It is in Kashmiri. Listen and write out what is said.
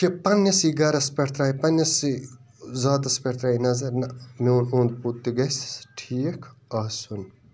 کہِ پَنٕنِسے گَرَس پٮ۪ٹھ ترٛایہِ پَننِسے ذاتَس پٮ۪ٹھ ترٛایہِ نَظَر نہَ میٛون اوٚنٛد پوٚک تہِ گَژھِ ٹھیٖک آسُن